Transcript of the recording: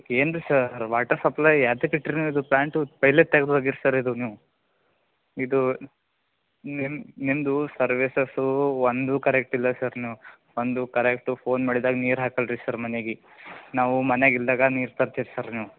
ಏನು ರೀ sir water supply ಯಾತಕ್ಕೆ ಇಟ್ಟಿರದು ಪ್ಲಾಂಟು ಪೆಯ್ಲೆ ತೆಗ್ದು ಒಗಿರಿ ಸರ್ ಇದು ನೀವು ಇದು ನಿಮ್ಮ ನಿಮ್ದು ಸರ್ವಿಸಸ್ಸೂ ಒಂದೂ ಕರೆಕ್ಟಿಲ್ಲ ಸರ್ ನೀವು ಒಂದು ಕರೆಕ್ಟು ಫೋನ್ ಮಾಡಿದಾಗ ನೀರು ಹಾಕಲ್ಲ ರೀ ಸರ್ ಮನೆಗೆ ನಾವು ಮನೆಗೆ ಇಲ್ಲದಾಗ ನೀರು ತರ್ತೀರ ಸರ್ ನೀವು